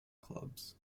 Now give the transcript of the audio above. clubs